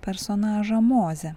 personažą mozę